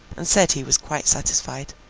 and said he was quite satisfied.